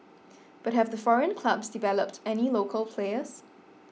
but have the foreign clubs developed any local players